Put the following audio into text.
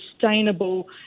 sustainable